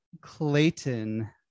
Clayton